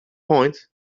point